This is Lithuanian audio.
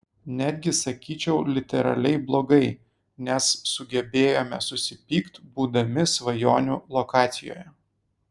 netgi sakyčiau literaliai blogai nes sugebėjome susipykt būdami svajonių lokacijoje